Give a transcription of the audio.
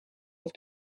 auf